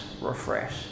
refresh